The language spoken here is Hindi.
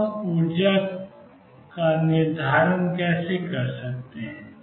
अब हम ऊर्जा का निर्धारण कैसे करते हैं